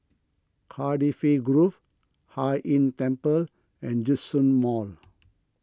Cardifi Grove Hai Inn Temple and Djitsun Mall